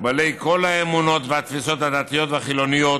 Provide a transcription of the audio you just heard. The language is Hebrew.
בעלי כל האמונות והתפיסות הדתיות והחילוניות.